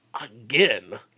again